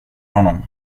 honom